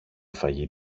φαγί